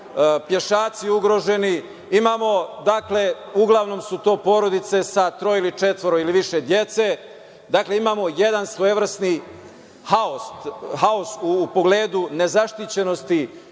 pešaci ugroženi. Uglavnom su to porodice sa troje, četvoro ili više dece. Dakle, imamo jedan svojevrsni haos u pogledu nezaštićenosti